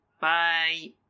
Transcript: Bye